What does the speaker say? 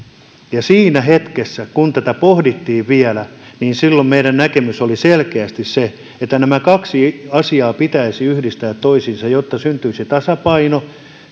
siinä hetkessä kun tätä pohdittiin vielä silloin meidän näkemyksemme oli selkeästi se että nämä kaksi asiaa pitäisi yhdistää toisiinsa jotta syntyisi tasapaino